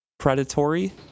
predatory